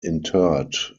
interred